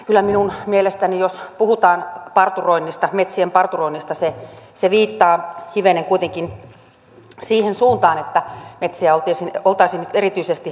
kyllä minun mielestäni se jos puhutaan metsien parturoinnista viittaa hivenen kuitenkin siihen suuntaan että metsiä oltaisiin nyt erityisesti hakkaamassa